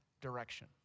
direction